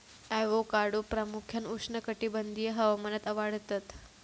avocado प्रामुख्यान उष्णकटिबंधीय हवामानात वाढतत